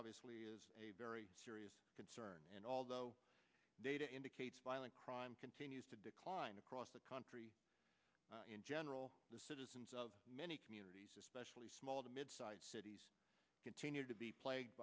obviously is a very serious concern and although data indicates violent crime continues to decline across the country in general the citizens of many communities especially small to mid sized cities continue to be pla